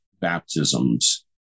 baptisms